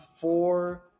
four